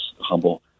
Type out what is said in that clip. Humble